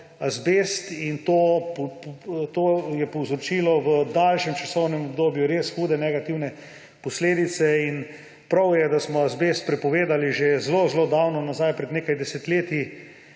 in to je povzročilo v daljšem časovnem obdobju res hude negativne posledice. Prav je, da smo azbest prepovedali že zelo davno nazaj, pred nekaj desetletji,